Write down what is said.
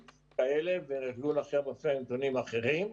כאלה וארגון אחר מופיע עם נתונים אחרים,